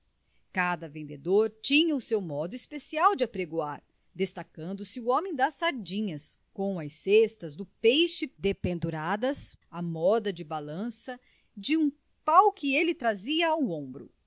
cada vendedor tinha o seu modo especial de apregoar destacando-se o homem das sardinhas com as cestas do peixe dependuradas à moda de balança de um pau que ele trazia ao ombro